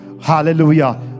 Hallelujah